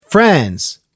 Friends